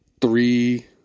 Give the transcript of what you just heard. Three